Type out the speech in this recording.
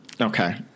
Okay